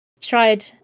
tried